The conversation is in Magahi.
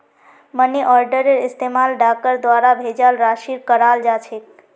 मनी आर्डरेर इस्तमाल डाकर द्वारा भेजाल राशिर कराल जा छेक